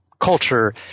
culture